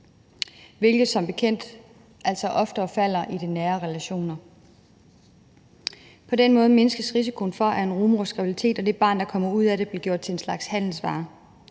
hvilket som bekendt oftere falder i de nære relationer. På den måde mindskes risikoen for, at en rugemors graviditet og det barn, der kommer ud af det, bliver gjort til en slags handelsvare.